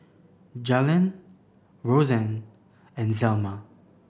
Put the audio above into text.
Jalen Roseann and Zelma